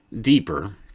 deeper